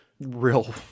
Real